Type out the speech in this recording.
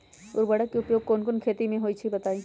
उर्वरक के उपयोग कौन कौन खेती मे होई छई बताई?